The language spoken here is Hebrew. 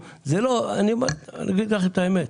אני אגיד לכם את האמת,